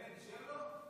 בנט אישר לו?